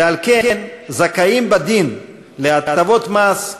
ועל כן זכאים בדין להטבות מס,